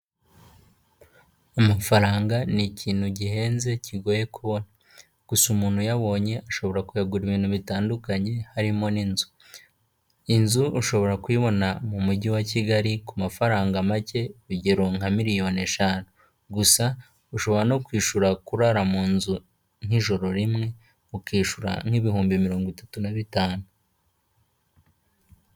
Amafaranga ni ikintu gihenze kigoye kubona, gusa umuntu uyabonye ashobora kuyagura ibintu bitandukanye harimo n'inzu, inzu ushobora kuyibona mu mujyi wa Kigali ku mafaranga make, urugero: nka miliyoni eshanu gusa, ushobora no kwishyura kurara mun nzu nk'ijoro rimwe ukishyura nk'ibihumbi mirongo itatu na bitanu.